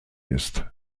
ist